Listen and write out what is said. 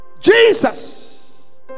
Jesus